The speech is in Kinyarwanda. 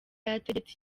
yategetse